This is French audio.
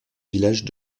village